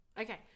Okay